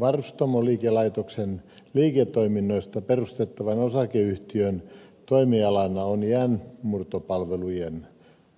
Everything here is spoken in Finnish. varustamoliikelaitoksen liiketoiminnoista perustettavan osakeyhtiön toimialana on jäänmurtopalvelujen